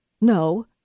No